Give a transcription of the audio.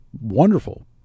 wonderful